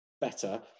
better